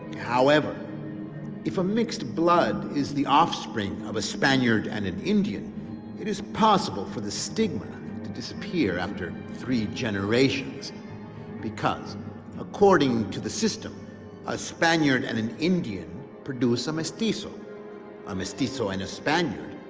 however if a mixed blood is the offspring of a spaniard and an indian it is possible for the stigma to disappear after three generations because according to the system a spaniard and an indian produce a mestizo and a mestizo and a spaniard,